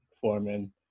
Foreman